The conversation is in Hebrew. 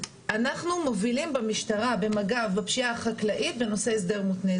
אנחנו מובילים במשטרה במג"ב בפשיעה החקלאית בנושא הסדר מותנה.